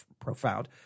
profound